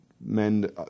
men